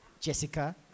Jessica